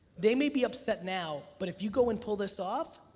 they may be upset now but if you go and pull this off,